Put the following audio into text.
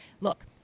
Look